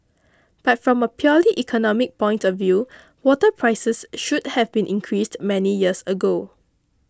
but from a purely economic point of view water prices should have been increased many years ago